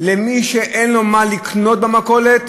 מי שאין לו מה לקנות במכולת